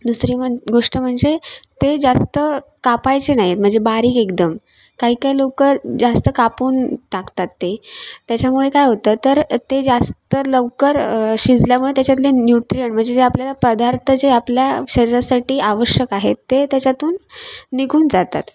दुसरी मन गोष्ट म्हणजे ते जास्त कापायचे नाही आहेत म्हणजे बारीक एकदम काहीकाही लोकं जास्त कापून टाकतात ते त्याच्यामुळे काय होतं तर ते जास्त लवकर शिजल्यामुळे त्याच्यातले न्यूट्रीयन म्हणजे जे आपल्याला पदार्थ जे आपल्या शरीरासाठी आवश्यक आहे ते त्याच्यातून निघून जातात